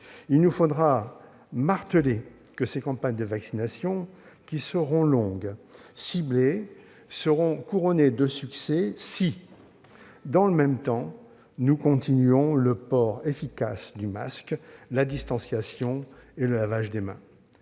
Il nous faudra marteler que ces campagnes de vaccination, longues et ciblées, seront couronnées de succès si, dans le même temps, nous continuons à pratiquer le port efficace du masque, la distanciation physique et le lavage des mains.